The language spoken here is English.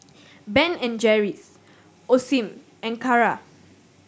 Ben and Jerry's Osim and Kara